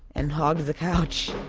and hog the couch.